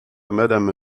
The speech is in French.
madame